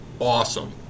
awesome